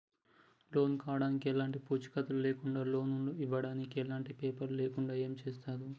Loan కావడానికి ఎలాంటి పూచీకత్తు లేకుండా లోన్ ఇవ్వడానికి ఎలాంటి పేపర్లు లేకుండా ఏం చేస్తారు?